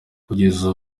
kugeza